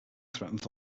threatened